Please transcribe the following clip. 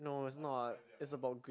no it's not it's about